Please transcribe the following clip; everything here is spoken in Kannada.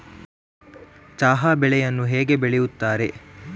ಚಹಾ ಬೆಳೆಯನ್ನು ಹೇಗೆ ಬೆಳೆಯುತ್ತಾರೆ?